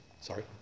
sorry